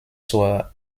zur